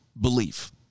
belief